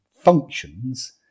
functions